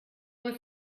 were